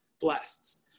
blasts